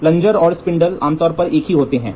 plunger और spindle आमतौर पर एक होते हैं